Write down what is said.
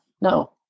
no